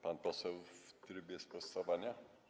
Pan poseł w trybie sprostowania?